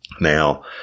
Now